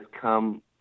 come